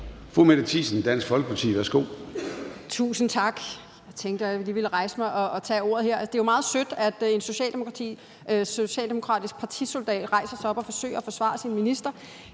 Mette Thiesen (DF): Tusind tak. Jeg tænkte, at jeg lige ville rejse mig og tage ordet her. Det er jo meget sødt, at en socialdemokratisk partisoldat rejser sig op og forsøger at forsvare sin minister